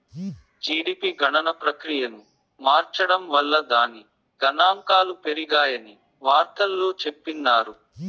GDP గణన ప్రక్రియను మార్సడం వల్ల దాని గనాంకాలు పెరిగాయని వార్తల్లో చెప్పిన్నారు